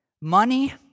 money